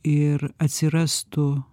ir atsirastų